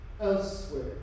elsewhere